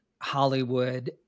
Hollywood